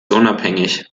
unabhängig